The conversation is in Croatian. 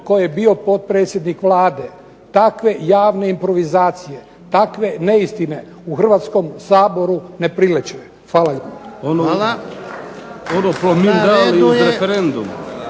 tko je bio potpredsjednik Vlade takve javne improvizacije, takve neistine u Hrvatskom saboru ne priliče. Hvala